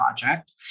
project